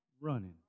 running